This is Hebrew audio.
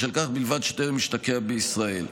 בשל כך בלבד שטרם השתקע בישראל".